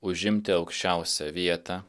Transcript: užimti aukščiausią vietą